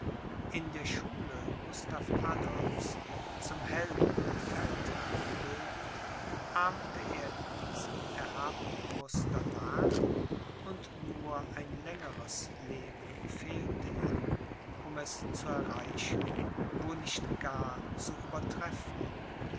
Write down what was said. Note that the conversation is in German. in der schule gustav adolphs zum helden und feldherrn gebildet ahmte er diesem erhabenen muster nach und nur ein längeres leben fehlte ihm um es zu erreichen wo nicht gar zu übertreffen